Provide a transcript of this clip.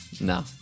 No